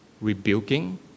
rebuking